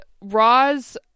Roz